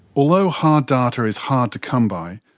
although hard data is hard to come by,